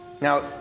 Now